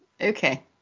Okay